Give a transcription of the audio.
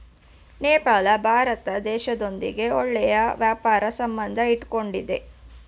ನೇಪಾಳ ಭಾರತ ದೇಶದೊಂದಿಗೆ ಒಳ್ಳೆ ವ್ಯಾಪಾರ ಸಂಬಂಧ ಇಟ್ಕೊಂಡಿದ್ದೆ